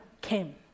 came